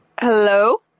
Hello